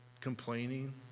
complaining